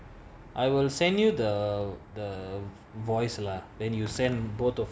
I will send you the the voice lah then you send both